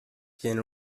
quien